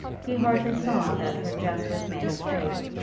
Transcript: he hardly saw that her dress was made of crape,